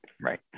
Right